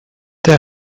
der